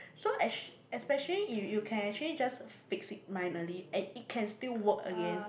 so as especially you you can actually just fixed it minorly and it can still work again